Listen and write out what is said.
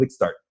ClickStart